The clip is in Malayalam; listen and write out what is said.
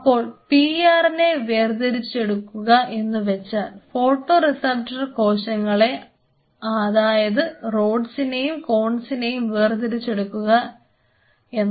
അപ്പോൾ PR നെ വേർതിരിച്ചെടുക്കുക എന്നുവെച്ചാൽ ഫോട്ടോ റിസപ്റ്റർ കോശങ്ങളെ അതായത് റോഡ്സിനെയും കോൺസിനെയും വേർതിരിച്ചെടുക്കുക എന്ന്